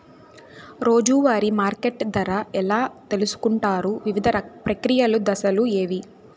రోజూ వారి మార్కెట్ ధర ఎలా తెలుసుకొంటారు వివిధ ప్రక్రియలు దశలు ఏవి?